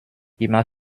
immer